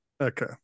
okay